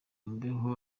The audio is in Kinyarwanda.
mbeho